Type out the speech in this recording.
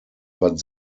but